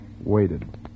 waited